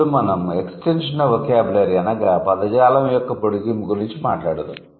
ఇప్పుడు మనం extension of vocabulary అనగా పదజాలం యొక్క పొడిగింపు గురించి మాట్లాడుదాం